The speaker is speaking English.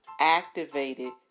activated